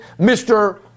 Mr